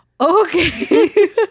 okay